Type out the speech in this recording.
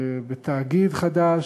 בתאגיד החדש.